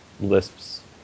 Lisp's